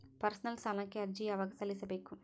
Personal ಸಾಲಕ್ಕೆ ಅರ್ಜಿ ಯವಾಗ ಸಲ್ಲಿಸಬೇಕು?